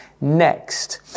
Next